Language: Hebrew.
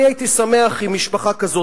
אני הייתי שמח אם משפחה כזאת,